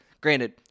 granted